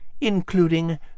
including